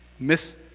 Miss